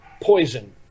poison